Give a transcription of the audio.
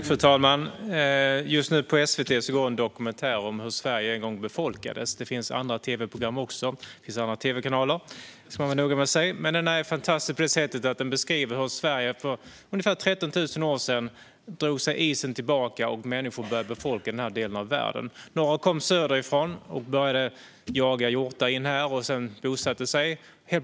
Fru talman! På SVT sänds nu en dokumentär om hur Sverige en gång befolkades. Det finns också andra tv-program och andra tv-kanaler; det ska man vara noga med att säga. Men denna är fantastisk på så sätt att den beskriver hur isen för ungefär 13 000 år sedan drog sig tillbaka från Sverige, och människor började befolka den här delen av världen. Några kom söderifrån och började jaga hjortar in i landet och bosatte sig sedan här.